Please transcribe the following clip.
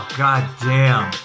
goddamn